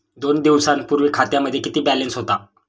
दोन दिवसांपूर्वी खात्यामध्ये किती बॅलन्स होता?